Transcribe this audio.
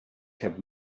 have